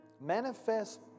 manifest